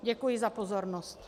Děkuji za pozornost.